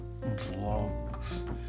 vlogs